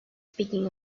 speaking